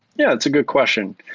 yeah, it's a good question.